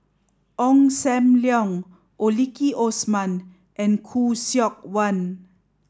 Ong Sam Leong Maliki Osman and Khoo Seok Wan